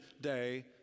day